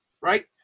right